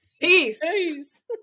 peace